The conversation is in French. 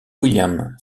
william